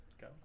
go